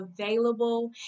available